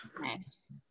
Nice